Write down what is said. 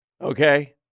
okay